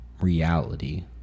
reality